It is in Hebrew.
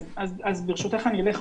ברשותך,